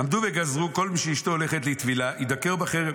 "עמדו וגזרו: כל מי שאשתו הולכת לטבילה יידקר בחרב.